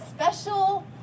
special